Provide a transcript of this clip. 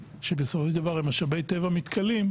שבסופו של דבר הם משאבי טבע מתכלים,